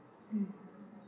mm